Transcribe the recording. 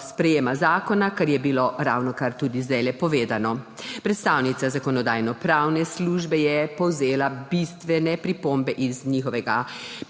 sprejetja zakona, kar je bilo ravnokar tudi povedano. Predstavnica Zakonodajno-pravne službe je povzela bistvene pripombe iz njihovega pisnega